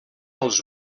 els